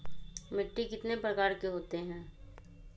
मिट्टी कितने प्रकार के होते हैं?